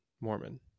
mormon